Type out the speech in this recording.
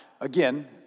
again